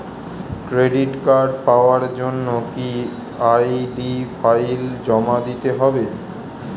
Credit card পাওয়ার জন্য কি আই.ডি ফাইল জমা দিতে হবে?